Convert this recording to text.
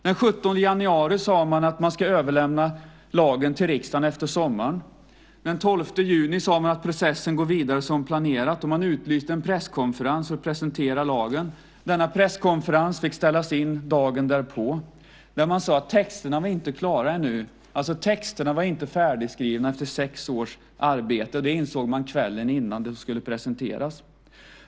Den 17 januari sade man att man ska överlämna förslaget till lag till riksdagen efter sommaren. Den 12 juni sade man att processen går vidare som planerat, och man utlyste en presskonferens för att presentera lagen. Denna presskonferens fick ställas in dagen därpå. Man sade att texterna inte var klara ännu. Alltså var inte texterna färdigskrivna efter sex års arbete. Det insåg man kvällen innan de skulle presenteras.